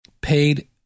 paid